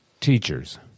teachers